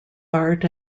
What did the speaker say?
bart